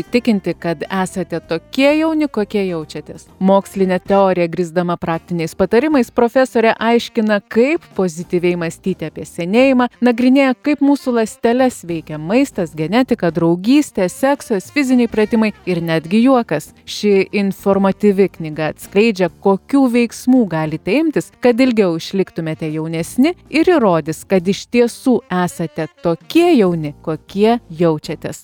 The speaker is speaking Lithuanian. įtikinti kad esate tokie jauni kokie jaučiatės mokslinę teoriją grįsdama praktiniais patarimais profesorė aiškina kaip pozityviai mąstyti apie senėjimą nagrinėja kaip mūsų ląsteles veikia maistas genetika draugystė seksas fiziniai pratimai ir netgi juokas ši informatyvi knyga atskleidžia kokių veiksmų galite imtis kad ilgiau išliktumėte jaunesni ir įrodys kad iš tiesų esate tokie jauni kokie jaučiatės